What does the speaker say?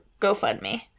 gofundme